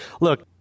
look